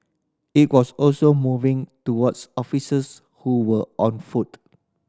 it was also moving towards officers who were on foot